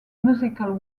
musical